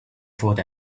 food